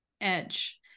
edge